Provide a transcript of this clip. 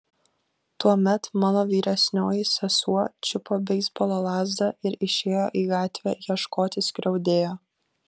tuomet mano vyresnioji sesuo čiupo beisbolo lazdą ir išėjo į gatvę ieškoti skriaudėjo